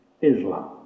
Islam